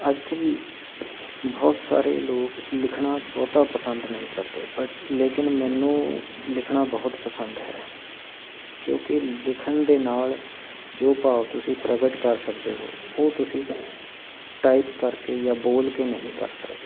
ਅੱਜ ਕੱਲ੍ਹ ਬਹੁਤ ਸਾਰੇ ਲੋਕ ਲਿਖਣਾ ਬਹੁਤਾ ਪਸੰਦ ਨਹੀਂ ਕਰਦੇ ਬੱਟ ਲੇਕਿਨ ਮੈਨੂੰ ਲਿਖਣਾ ਬਹੁਤ ਪਸੰਦ ਹੈ ਕਿਉਂਕਿ ਲਿਖਣ ਦੇ ਨਾਲ ਜੋ ਭਾਵ ਤੁਸੀਂ ਪ੍ਰਗਟ ਕਰ ਸਕਦੇ ਹੋ ਉਹ ਤੁਸੀਂ ਟਾਈਪ ਕਰਕੇ ਜਾਂ ਬੋਲ ਕੇ ਨਹੀਂ ਕਰ ਸਕਦੇ